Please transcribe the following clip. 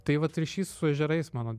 tai vat ryšys su ežerais mano